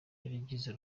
yaragiye